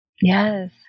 Yes